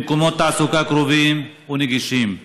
למקומות תעסוקה קרובים ונגישים.